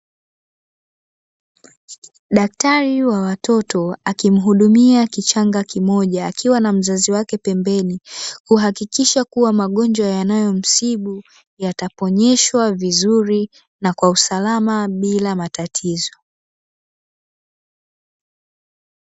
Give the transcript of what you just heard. Daktari wa watoto akimhudumia kichanga kimoja akiwa na mzazi wake pembeni, kuhakikisha kuwa magonjwa yanayomsibu yataponyeshwa vizuri na kwa usalama bila matatizo.